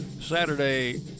Saturday